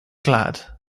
glad